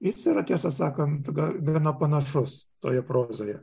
jis yra tiesą sakant gana panašus toje prozoje